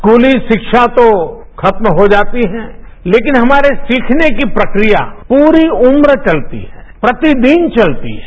स्कूली शिक्षा तो खत्म हो जाती है लेकिन हमारे सीखने की प्रक्रिया पूरी उम्र चलती है प्रतिदिन चलती है